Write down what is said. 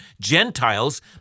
Gentiles